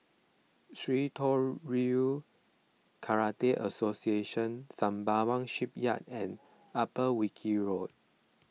Shitoryu Karate Association Sembawang Shipyard and Upper Wilkie Road